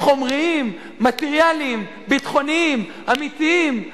חומריים, מטריאליים, ביטחוניים, אמיתיים.